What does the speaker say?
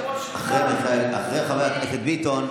אחרי חבר הכנסת ביטון,